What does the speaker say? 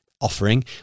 offering